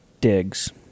digs